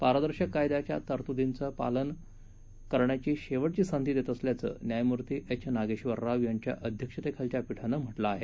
पारदर्शक कायद्याचं तरतुदींचं पालन करण्याची शेवटची संधी देत असल्याचं न्यायमूर्ती एच नागेश्वर राव यांच्या अध्यक्षतेखालील पीठानं म्हटलं आहे